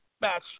match